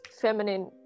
feminine